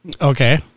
Okay